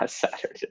Saturday